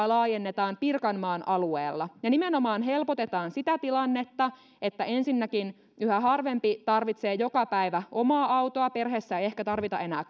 laajennetaan pirkanmaan alueella ja nimenomaan helpotetaan sitä tilannetta että ensinnäkin yhä harvempi tarvitsee joka päivä omaa autoa ja perheessä ei ehkä tarvita enää